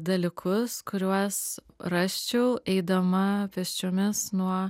dalykus kuriuos rasčiau eidama pėsčiomis nuo